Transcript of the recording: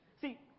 See